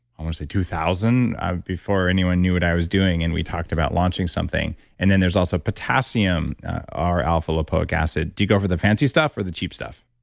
um um say, two thousand before anyone knew what i was doing and we talked about launching something and then there's also potassium r alpha lipoic acid. do you go for the fancy stuff or the cheap stuff?